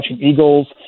eagles